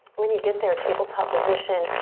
when you get there, tabletop position,